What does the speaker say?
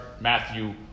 Matthew